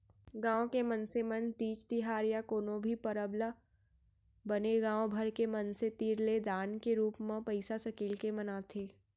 गाँव के मनसे मन तीज तिहार या कोनो भी परब ल बने गाँव भर के मनसे तीर ले दान के रूप म पइसा सकेल के मनाथे